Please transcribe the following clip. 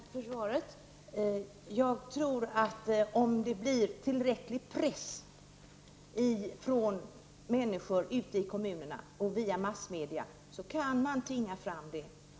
Herr talman! Tack för svaret. Jag tror att om det blir tillräcklig press från människor ute i kommunerna och via massmedia, kan man tvinga fram detta.